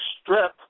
strip